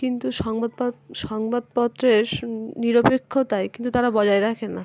কিন্তু সংবাদ সংবাদপত্রের নিরপেক্ষতায় কিন্তু তারা বজায় রাখে না